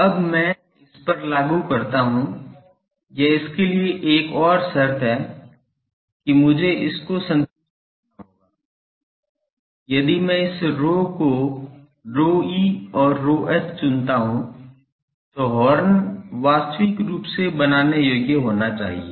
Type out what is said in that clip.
अब मैं इस पर लागू करता हूं या इसके लिए एक और शर्त है कि मुझे इसको संतुष्ट करना होगा यदि मैं इस ρ को ρe और ρh चुनता हूं तो हॉर्न वास्तविक रूप से बनाने योग्य होना चाहिए